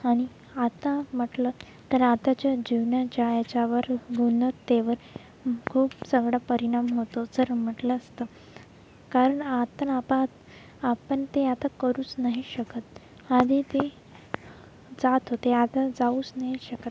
आणि आता म्हटलं तर आताच्या जीवनात ज्या याच्यावर उन्नतीवर खूप सगळं परिणाम होतो जर म्हटलं असतं कारण आतर आपा आपण ते आता करूच नाही शकत आणि ते जात होते आता जाऊच नाही शकत